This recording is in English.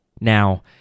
Now